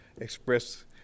express